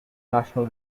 national